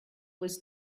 was